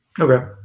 Okay